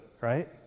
right